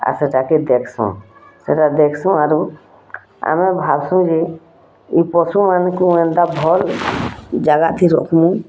ଆର୍ ସେ ଚାକିରୀ ଦେଖ୍ସୁଁ ସେଇଟା ଦେଖ୍ସୁଁ ଆରୁ ଆମେ ଭାବ୍ସୁଁ ଯେ ଇ ପଶୁ ମାନକୁଁ ଏନ୍ତା ଭଲ୍ ଜାଗାଥି ରଖ୍ମୁଁ